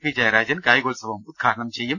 P Jayarajan കായികോത്സവം ഉദ്ഘാടനം ചെയ്യും